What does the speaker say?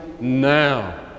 now